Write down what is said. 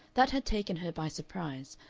that had taken her by surprise,